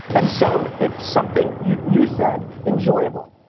and so, if something you you said, enjoyable.